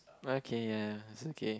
okay ya it's okay